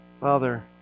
Father